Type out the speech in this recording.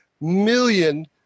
million